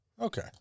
Okay